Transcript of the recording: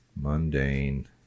Mundane